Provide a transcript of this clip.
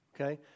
okay